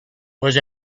was